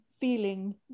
feeling